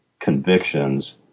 convictions